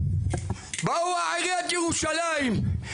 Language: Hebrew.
באו עיריית ירושלים,